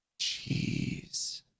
Jeez